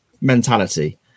mentality